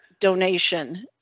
donation